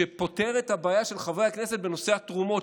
שפותר את הבעיה של חברי הכנסת בנושא התרומות,